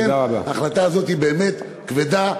לכן ההחלטה הזאת היא באמת כבדה,